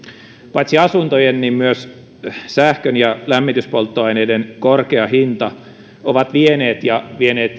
paitsi asuntojen myös sähkön ja lämmityspolttoaineiden korkea hinta ovat vieneet ja